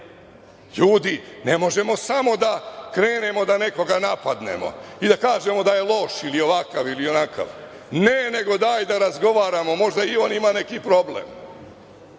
Ljudi, ne možemo samo da krenemo da nekoga napadnemo i da kažemo da je loš ili ovakav ili onakav. Ne, nego daj da razgovaramo, možda i on ima neki problem.